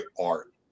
art